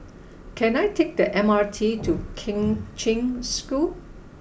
can I take the M R T to Kheng Cheng School